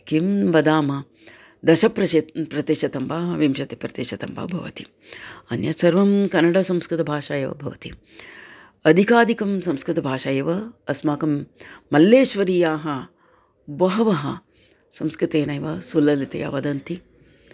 किं वदामः दशप्रशतं प्रतिशतं वा विंशतिप्रतिशतं वा भवति अन्यत् सर्वं कन्नडसंस्कृतभाषा एव भवति अधिकाधिकं संस्कृतभाषा एव अस्माकं मल्लेश्वरीयाः बहवः संस्कृतेनैव सुललिततया वदन्ति